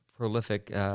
Prolific